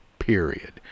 Period